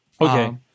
Okay